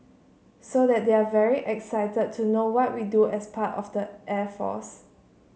so that they're very excited to know what we do as part of the air force